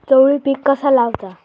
चवळी पीक कसा लावचा?